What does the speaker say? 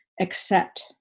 accept